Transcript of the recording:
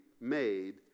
made